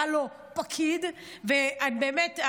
ובאמת,